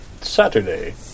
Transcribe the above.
Saturday